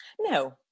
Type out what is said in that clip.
No